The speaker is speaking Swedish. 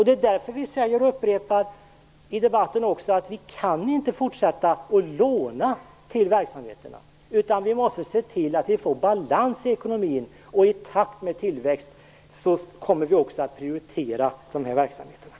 Det är därför vi i debatten också upprepar att vi inte kan fortsätta att låna till verksamheterna, utan vi måste se till att vi får balans i ekonomin. I takt med tillväxten kommer vi att prioritera de här verksamheterna.